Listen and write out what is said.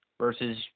versus